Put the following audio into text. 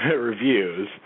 reviews